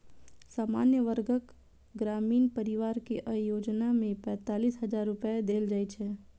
सामान्य वर्गक ग्रामीण परिवार कें अय योजना मे पैंतालिस हजार रुपैया देल जाइ छै